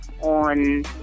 on